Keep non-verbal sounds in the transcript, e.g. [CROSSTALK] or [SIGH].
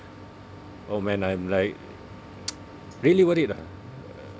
oh man I'm like [NOISE] really worried ah